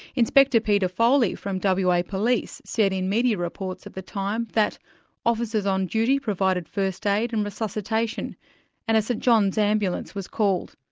inspector peter foley from wa police said in media reports at the time that officers on duty provided first aid and resuscitation and a st john's ambulance was called.